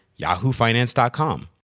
yahoofinance.com